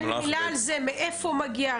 זה, מאיפה מגיע?